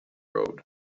road